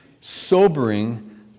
sobering